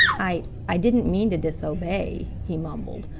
i i didn't mean to disobey, he mumbled.